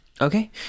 Okay